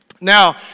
Now